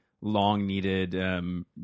long-needed